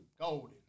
golden